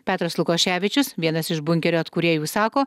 petras lukoševičius vienas iš bunkerio atkūrėjų sako